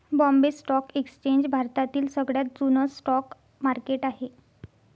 Bombay stock exchange भारतातील सगळ्यात जुन स्टॉक मार्केट आहे